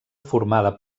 formada